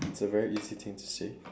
it's a very easy thing to say